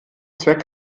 zweck